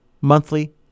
monthly